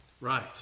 Right